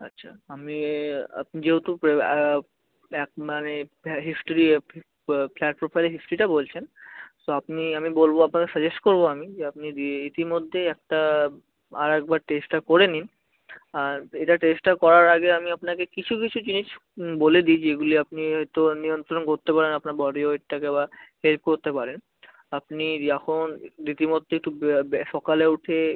আচ্ছা আমি আপনি যেহেতু এক মানে হ্যাঁ হিস্ট্রি এফি ফ্ল্যাট প্রোফাইলের হিস্ট্রিটা বলছেন সো আপনি আমি বলবো আপনাকে সাজেস্ট করবো আমি যে আপনি ইতিমধ্যেই একটা আর একবার টেস্টটা করে নিন আর এটা টেস্টটা করার আগে আমি আপনাকে কিছু কিছু জিনিস বলে দিই যেগুলি আপনি এই তো আপনি নিয়ন্ত্রণ করতে পারেন আপনার বডি ওয়েটটাকে বা হেল্প করতে পারেন আপনি এখন রীতিমতো একটু সকালে উঠে